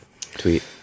tweet